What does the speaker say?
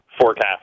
forecast